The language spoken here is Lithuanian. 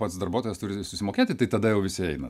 pats darbuotojas turi susimokėti tai tada jau visi eina